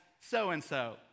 so-and-so